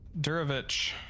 Durovich